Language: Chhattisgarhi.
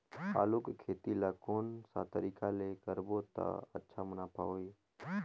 आलू खेती ला कोन सा तरीका ले करबो त अच्छा मुनाफा होही?